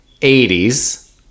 80s